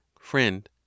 Friend